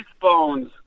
bones